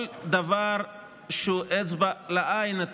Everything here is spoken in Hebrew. כל דבר שהוא אצבע לעין,